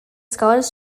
scholars